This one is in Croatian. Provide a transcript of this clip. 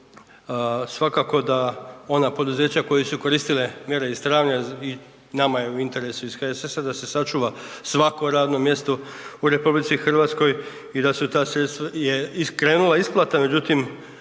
Svakako da ona poduzeća koja su koristile mjere iz travnja i nama je u interesu iz HSS-a da se sačuva svako radno mjesto u RH i da su ta sredstva, je krenula isplata, međutim